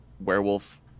werewolf